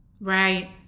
Right